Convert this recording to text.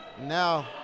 Now